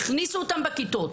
הכניסו אותם לכיתות.